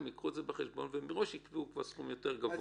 הם יביאו את זה בחשבון ומראש הם כבר יקבעו סכום יותר גבוה.